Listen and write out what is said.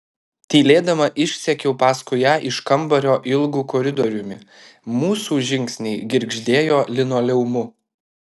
tylėdama išsekiau paskui ją iš kambario ilgu koridoriumi mūsų žingsniai girgždėjo linoleumu